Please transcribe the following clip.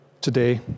today